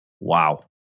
wow